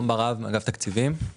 בשבוע הבא, בעזרת השם, נדבר על זה.